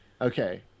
Okay